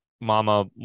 mama